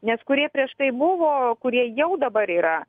nes kurie prieš tai buvo kurie jau dabar yra